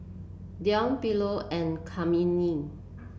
Deon Philo and Kymani